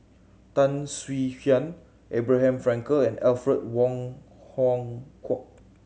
Tan Swie Hian Abraham Frankel and Alfred Wong Hong Kwok